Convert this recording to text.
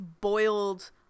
boiled